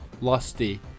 Lusty